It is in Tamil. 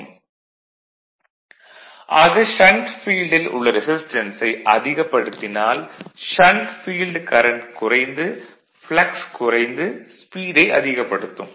vlcsnap 2018 11 05 09h53m03s122 ஆக ஷண்ட் ஃபீல்டில் உள்ள ரெசிஸ்டன்ஸை அதிகப்படுத்தினால் ஷண்ட் ஃபீல்டு கரண்ட் குறைந்து ப்ளக்ஸ் குறைந்து ஸ்பீடை அதிகப்படுத்தும்